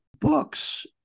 books